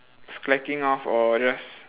slacking off or just